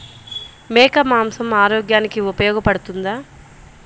మేక మాంసం ఆరోగ్యానికి ఉపయోగపడుతుందా?